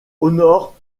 honore